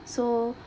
so